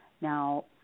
Now